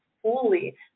fully